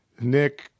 Nick